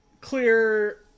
Clear